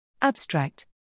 Abstract